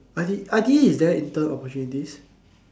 I_T~ I_T_E is there any intern opportunities